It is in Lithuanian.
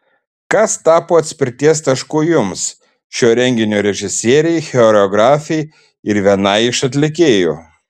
kas tapo atspirties tašku jums šio renginio režisierei choreografei ir vienai iš atlikėjų